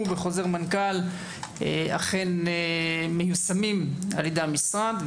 בחוזר מנכ"ל אכן מיושמים על-ידי המשרד.